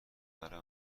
برای